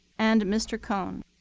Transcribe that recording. and mr. cohn.